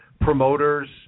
promoters